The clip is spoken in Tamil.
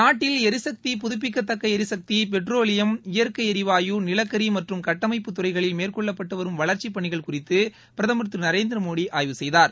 நாட்டில் எரிசக்தி புதுப்பிக்கத்தக்க எரிசக்தி பெட்ரோலியம் இயற்கை எரியாவு நிலக்கரி மற்றும் கட்டமைப்புத்துறைகளில் மேற்கொள்ளப்பட்டு வரும் வளர்ச்சிப்பணிகள் குறித்து பிரதமர் திரு நரேந்திரமோடி ஆய்வு செய்தார்